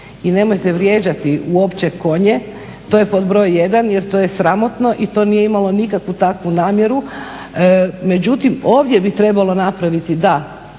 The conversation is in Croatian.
i nemojte vrijeđati uopće konje, to je pod broj jedan, jer to je sramotno i to nije imalo nikakvu takvu namjeru. Međutim, ovdje bi trebalo napraviti da